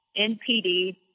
NPD